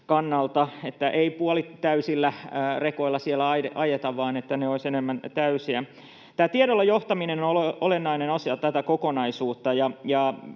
että ei puolitäysillä rekoilla siellä ajeta vaan että ne olisivat enemmän täysiä. Tämä tiedolla johtaminen on olennainen osa tätä kokonaisuutta.